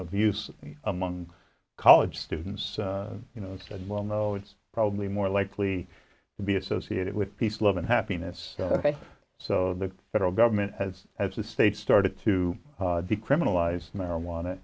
of use among college students you know said well no it's probably more likely to be associated with peace love and happiness ok so the federal government has as a state started to decriminalize marijuana